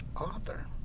author